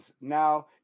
now